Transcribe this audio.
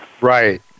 Right